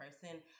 person